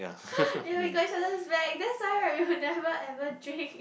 ya we got each other's back that's why right we will never ever drink